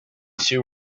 two